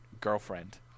girlfriend